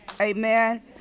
Amen